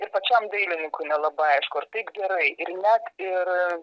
ir pačiam dailininkui nelabai aišku ar taip gerai ir net ir